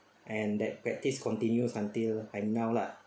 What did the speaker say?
and that practice continues until like now lah